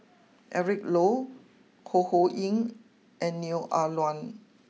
Eric Low Ho Ho Ying and Neo Ah Luan